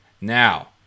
now